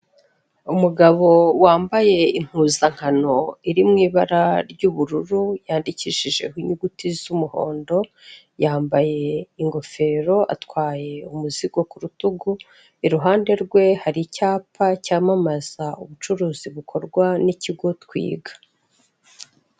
Umugabo wambaye impuzankano iri mu ibara ry'ubururu, yandikishijeho inyuguti z'umuhondo, yambaye ingofero, atwaye umuzigo ku rutugu, iruhande rwe hari icyapa cyamamaza ubucuruzi bukorwa n'ikigo Twiga.